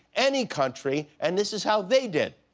any country, and this is how they did.